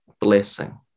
blessing